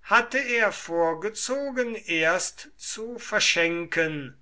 hatte er vorgezogen erst zu verschenken